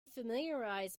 familiarize